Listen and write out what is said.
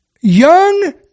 Young